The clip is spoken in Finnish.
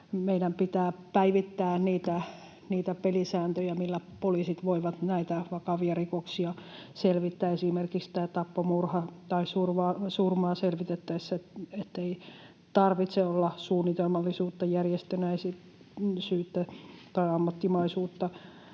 meidän pitää päivittää niitä pelisääntöjä, millä poliisit voivat näitä vakavia rikoksia selvittää esimerkiksi tappoa, murhaa tai surmaa selvitettäessä, ettei tarvitse olla suunnitelmallisuutta, järjestyneisyyttä tai ammattimaisuutta